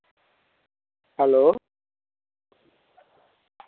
hello